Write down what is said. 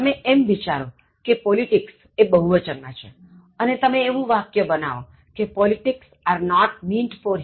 તમે એમ વિચારો કે Politics એ બહુવચન માં છે અને તમે એવું વાક્ય બનાવો કે Politics are not meant for him